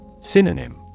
Synonym